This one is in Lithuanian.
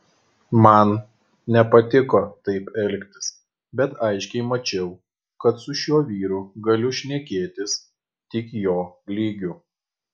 man nepatiko taip elgtis bet aiškiai mačiau kad su šiuo vyru galiu šnekėtis tik jo lygiu